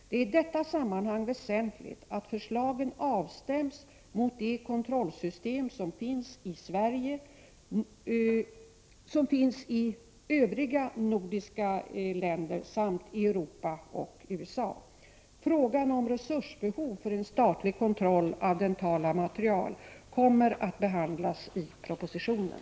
Det är i detta sammanhang väsentligt att förslagen avstäms mot de kontrollsystem som finns i övriga nordiska länder samt Europa och USA. Frågan om resursbehov för en statlig kontroll av dentala material kommer att behandlas i propositionen.